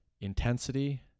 intensity